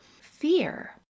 fear